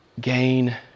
gain